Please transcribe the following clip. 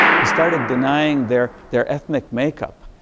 he started denying their their ethnic makeup.